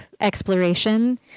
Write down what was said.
exploration